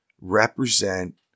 represent